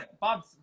Bob